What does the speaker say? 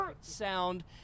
sound